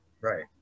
Right